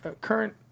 current